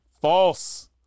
false